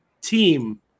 team